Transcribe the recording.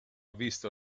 visto